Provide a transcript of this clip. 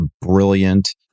brilliant